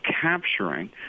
capturing